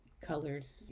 colors